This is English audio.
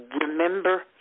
Remember